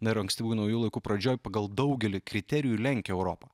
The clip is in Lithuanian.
dar ankstyvųjų naujųjų laikų pradžioj pagal daugelį kriterijų lenkia europą